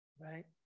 right